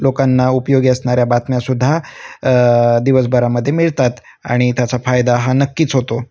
लोकांना उपयोगी असणाऱ्या बातम्यासुद्धा दिवसभरामध्ये मिळतात आणि त्याचा फायदा हा नक्कीच होतो